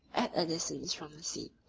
at a distance from the sea,